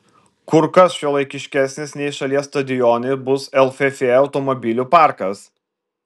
kur kas šiuolaikiškesnis nei šalies stadionai bus lff automobilių parkas